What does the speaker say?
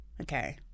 okay